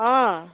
অ'